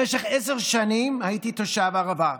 במשך עשר שנים הייתי תושב הערבה.